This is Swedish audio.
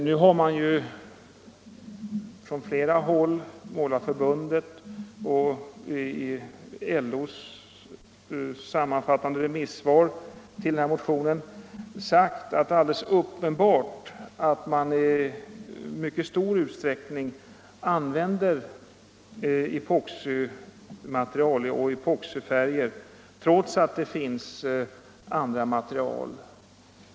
Det har från många håll — bl.a. av Målareförbundet och i LO:s remissvar på motionen — sagts att det är uppenbart att man i mycket stor utsträckning använder epoximaterial och epoxifärger trots att det finns andra material.